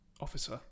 officer